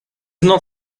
not